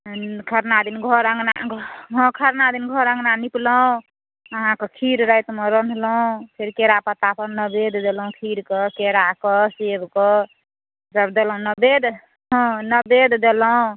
खरना दिन घर अङ्गना हँ खरना दिन घर अङ्गना निपलहुँ अहाँके खीर रातिमे रन्हलहुँ फेर करा पत्ता पर नवैद्य देलहुँ खीरक केराक सेबक फेर देलहुँ नवैद्य हंँ नवैद्य देलहुँ